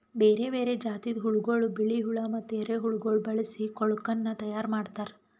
ಬೇರೆ ಬೇರೆ ಜಾತಿದ್ ಹುಳಗೊಳ್, ಬಿಳಿ ಹುಳ ಮತ್ತ ಎರೆಹುಳಗೊಳ್ ಬಳಸಿ ಕೊಳುಕನ್ನ ತೈಯಾರ್ ಮಾಡ್ತಾರ್